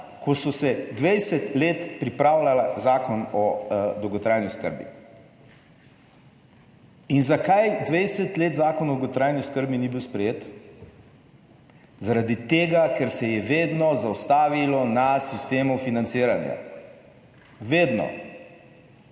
ko so se 20 let pripravljala Zakon o dolgotrajni oskrbi. In zakaj 20 let Zakon o dolgotrajni oskrbi ni bil sprejet? Zaradi tega, ker se je vedno zaustavilo na sistemu financiranja, vedno,